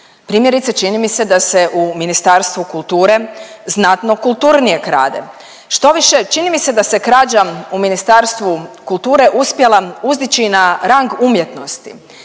Primjerice čini mi se da se u Ministarstvu kulture znatno kulturnije krade, štoviše čini mi se da krađa u Ministarstvu kulture uspjela uzdići na rang umjetnosti